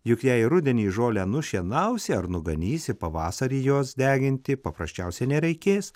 juk jei rudenį žolę nušienausi ar nuganysi pavasarį jos deginti paprasčiausiai nereikės